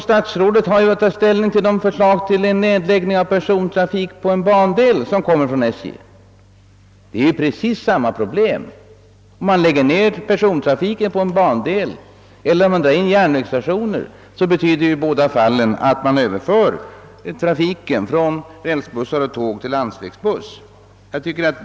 Statsrådet har ju att ta ställning till de förslag om nedläggning av persontrafiken på en bandel som framläggs av SJ. Det är precis samma problem: om man lägger ned persontrafiken på en bandel eller om man drar in järnvägsstationer, så betyder det i båda fallen, att man överför trafiken från rälsbussar och tåg till landsvägsbussar.